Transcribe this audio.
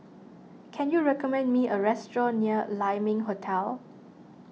can you recommend me a restaurant near Lai Ming Hotel